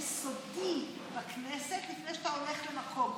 יסודי בכנסת לפני שאתה הולך למקום כזה.